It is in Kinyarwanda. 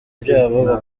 byabo